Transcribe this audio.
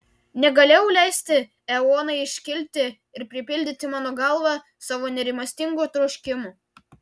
negalėjau leisti eonai iškilti ir pripildyti mano galvą savo nerimastingų troškimų